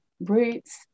roots